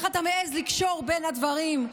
איך אתה מעז לקשור בין הדברים?